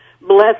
bless